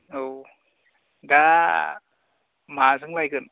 औ दा माजों लायगोन